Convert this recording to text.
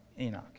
Enoch